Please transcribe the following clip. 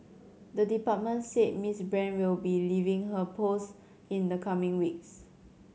the department said Miss Brand will be leaving her post in the coming weeks